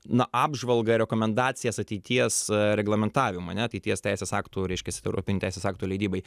na apžvalgą rekomendacijas ateities reglamentavimą ane ateities teisės aktų reiškias europinių teisės aktų leidybai